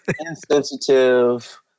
insensitive